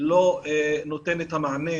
לא נותן את המענה.